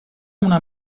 una